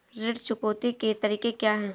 ऋण चुकौती के तरीके क्या हैं?